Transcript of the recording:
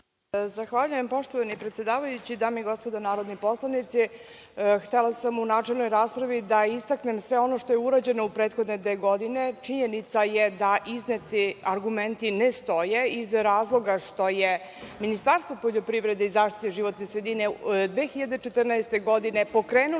Zahvaljujem. Dame i gospodo narodni poslanici, htela sam u načelnoj raspravi da istaknem sve ono što je urađeno u prethodne dve godine. Činjenica je da izneti argumenti ne stoje iz razloga što je Ministarstvo poljoprivrede i zaštite životne sredine 2014. godine pokrenulo